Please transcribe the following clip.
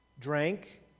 drank